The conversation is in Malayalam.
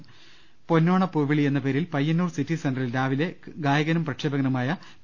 പൊന്നോണ പൂവിളി എന്നു പേരിൽ പയ്യന്നൂർ സിറ്റി സെന്റ റിൽ രാവിലെ ഗായകനും പ്രക്ഷേപകനുമായ പി